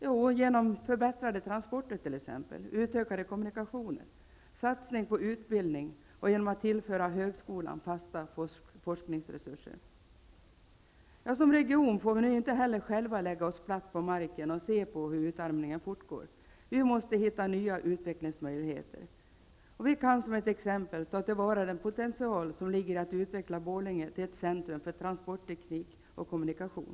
Jo, genom t.ex. förbättrade transporter, utökade kommunikationer, satsning på utbildning och genom att tillföra högskolan fasta forskningsresurser. Som region får vi nu inte heller själva lägga oss platt på marken och se på hur utarmningen fortgår. Vi måste hitta nya utvecklingsmöjligheter. Vi kan -- jag nämner det som ett exempel -- ta tillvara den potential som ligger i att utveckla Borlänge till ett centrum för transportteknik och kommunikation.